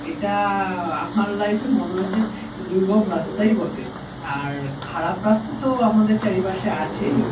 এটা আমার লাইফে মনে হয়েছে দুর্গম রাস্তাই বটে আর খারাপ রাস্তা তো আমাদের চারিপাশে আছেই